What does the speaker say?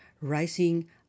Rising